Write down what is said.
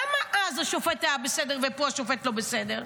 למה אז השופט היה בסדר, ופה השופט לא בסדר?